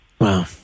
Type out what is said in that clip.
Wow